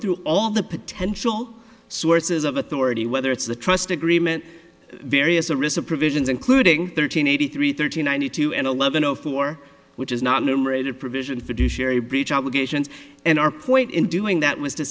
through all the potential sources of authority whether it's the trust agreement various a recent provisions including thirteen eighty three thirteen ninety two and eleven zero four which is not numerator provision fiduciary breach obligations and our point in doing that was to